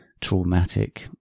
traumatic